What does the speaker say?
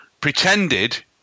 pretended